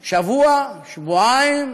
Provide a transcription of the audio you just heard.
שבוע, שבועיים,